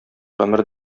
гомер